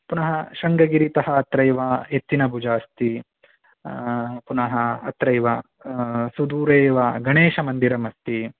पुनः शृङ्गगिरितः अत्रैव एत्तीनाबूजा अस्ति पुनः अत्रैव सुदूरे एव गणेशमन्दिरमस्ति